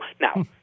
now